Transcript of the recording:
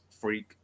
freak